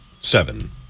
seven